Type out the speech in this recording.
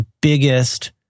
biggest